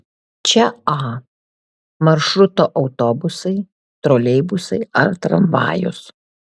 čia a maršruto autobusai troleibusai ar tramvajus